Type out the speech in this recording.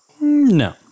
No